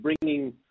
bringing